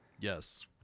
Yes